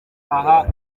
aha